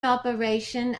operation